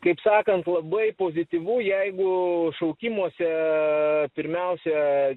kaip sakant labai pozityvu jeigu šaukimuose pirmiausia